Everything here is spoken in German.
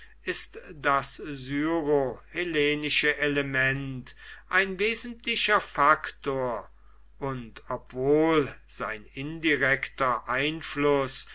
ist das syrohellenische element ein wesentlicher faktor und obwohl sein indirekter einfluß